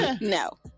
No